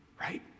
right